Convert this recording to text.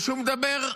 והוא אומר: